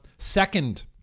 Second